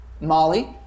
Molly